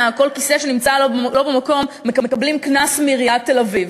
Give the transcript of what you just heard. על כל כיסא שנמצא לא במקום מקבלים קנס מעיריית תל-אביב,